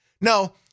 No